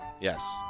yes